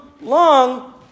long